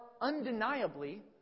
undeniably